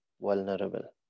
vulnerable